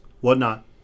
whatnot